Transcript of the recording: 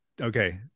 Okay